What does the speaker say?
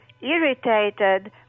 irritated